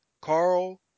Carl